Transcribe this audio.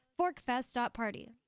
Forkfest.party